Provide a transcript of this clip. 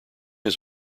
his